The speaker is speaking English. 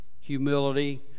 humility